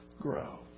grow